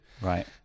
right